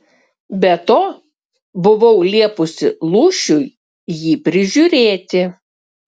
be to buvau liepusi lūšiui jį prižiūrėti